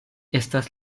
estas